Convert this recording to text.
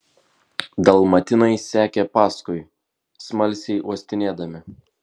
dalmatinai sekė paskui smalsiai uostinėdami